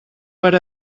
per